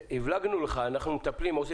הבלגנו לך "אנחנו מטפלים, אנחנו עושים".